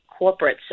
corporates